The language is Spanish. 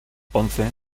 ponce